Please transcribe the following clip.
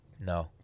No